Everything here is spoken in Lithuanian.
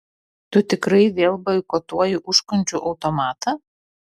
tu tikrai vėl boikotuoji užkandžių automatą